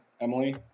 emily